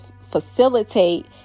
facilitate